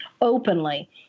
openly